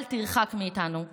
אל תרחק מאיתנו לעולם.